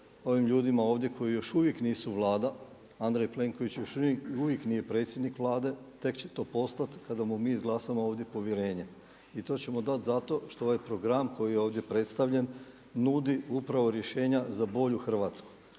ovim ljudima ovdje koji još uvijek nisu Vlada, a Andrej Plenković još uvijek nije predsjednik Vlade tek će to postati kada mu mi izglasamo ovdje povjerenje. I to ćemo dati zato što ovaj program koji je ovdje predstavljen nudi upravo rješenja za bolju Hrvatsku.